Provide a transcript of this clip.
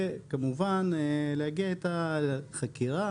וכמובן להגיע איתה לחקירה,